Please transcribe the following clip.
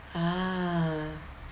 ah